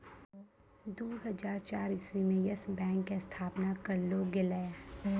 दु हजार चार इस्वी मे यस बैंक के स्थापना करलो गेलै